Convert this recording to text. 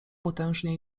potężnie